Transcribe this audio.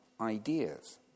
ideas